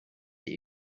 die